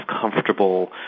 comfortable